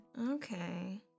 Okay